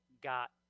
got